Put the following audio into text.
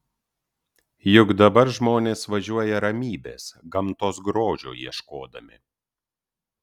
juk dabar žmonės važiuoja ramybės gamtos grožio ieškodami